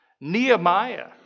Nehemiah